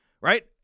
right